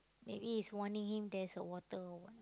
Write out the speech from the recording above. maybe he's warning him there's a water or what